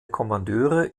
kommandeure